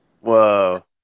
whoa